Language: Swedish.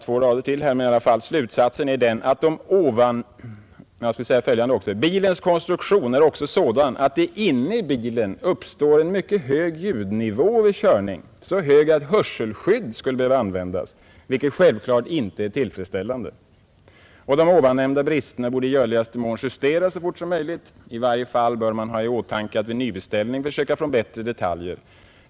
Bilens konstruuktion är också sådan, att det inne i bilen uppstår en mycket hög ljudnivå vid körning, så hög att hörselskydd behöver användas, vilket självklart inte är tillfredsställande. De omnämnda bristerna borde i görligaste mån justeras så fort som möjligt. I varje fall bör man ha i åtanke att vid nybeställning försöka få fram bättre detaljer.